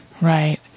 right